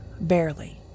barely